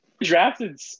drafted